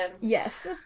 Yes